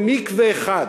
ומקווה אחד.